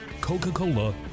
Coca-Cola